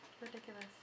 Ridiculous